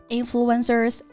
influencers